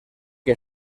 que